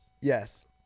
yes